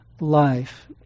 life